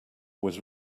was